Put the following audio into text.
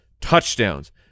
touchdowns